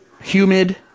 humid